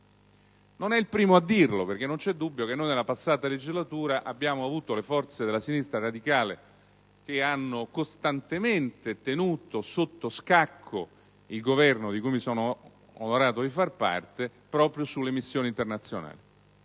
Non è il primo a farlo perché nella passata legislatura le forze della sinistra radicale hanno costantemente tenuto sotto scacco il Governo, di cui mi sono onorato di fare parte, proprio sulle missioni internazionali.